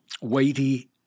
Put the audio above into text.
weighty